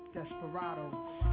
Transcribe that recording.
Desperados